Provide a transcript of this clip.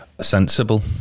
Sensible